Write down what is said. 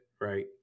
Right